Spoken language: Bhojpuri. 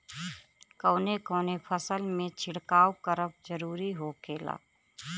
कवने कवने फसल में छिड़काव करब जरूरी होखेला?